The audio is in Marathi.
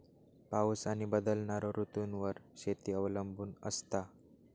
पाऊस आणि बदलणारो ऋतूंवर शेती अवलंबून असता